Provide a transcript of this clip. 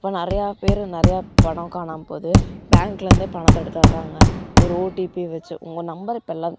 இப்போ நிறையா பேர் நிறையா பணம் காணாமப்போகுது பேங்க்லிருந்தே பணத்தை எடுத்துடறாங்க ஒரு ஓடிபியை வச்சு உங்கள் நம்பர் இப்போயெல்லாம்